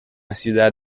ciudad